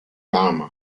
أعمى